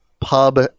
pub